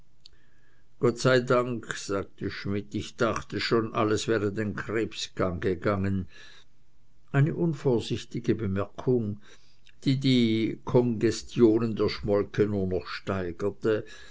gott sei dank sagte schmidt ich dachte schon alles wäre den krebsgang gegangen eine unvorsichtige bemerkung die die kongestionen der schmolke nur noch steigerte